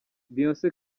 beyonce